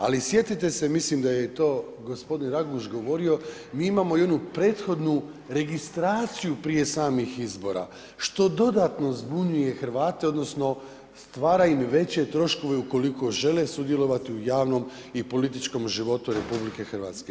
Ali sjetite se mislim da je to gospodin RAguž govorio, mi imao i onu prethodnu registraciju prije samih izbora što dodatno zbunjuje Hrvate odnosno stvara im veće troškove ukoliko žele sudjelovati u javnom i političkom životu RH.